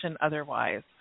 otherwise